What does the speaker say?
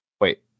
Wait